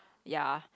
ya